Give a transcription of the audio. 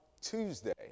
Tuesday